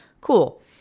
cool